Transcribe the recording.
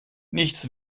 nichts